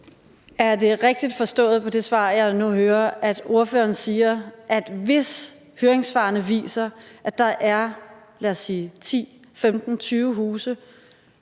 Er det rigtigt forstået på det svar, jeg nu hører, at ordføreren siger, at hvis høringssvarene viser, at der er, lad os sige